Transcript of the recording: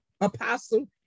apostle